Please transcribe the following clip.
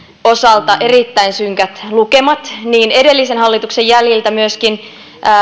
osalta erittäin synkät lukemat niin edellisen hallituksen jäljiltä myöskin